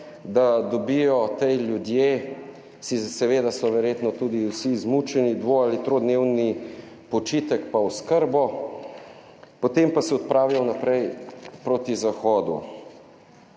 da dobijo ti ljudje si, seveda, so verjetno tudi vsi izmučeni, dvo ali tridnevni počitek, pa oskrbo, potem pa se odpravijo naprej proti zahodu.